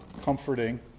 comforting